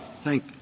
Thank